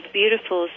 beautiful